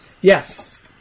Yes